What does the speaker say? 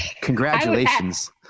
Congratulations